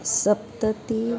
सप्ततिः